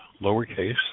lowercase